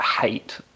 hate